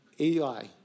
Eli